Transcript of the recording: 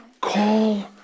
call